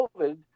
COVID